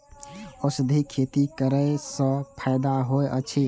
औषधि खेती करे स फायदा होय अछि?